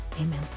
amen